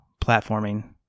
platforming